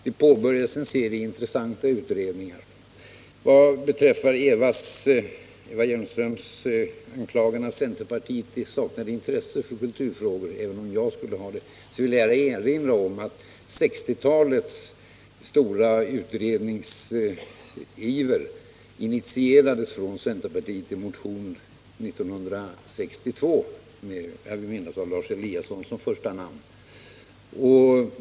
Då påbörjades en serie intressanta utredningar. Vad beträffar Eva Hjelmströms anklagelser att centerpartiet saknar intresse för kulturfrågor — även om jag skulle ha det — vill jag bara erinra om att 1960-talets stora utredningsiver initierades från centerpartiet i en motion 1962 med, vill jag minnas, Lars Eliasson som första namn.